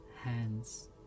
hands